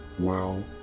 well,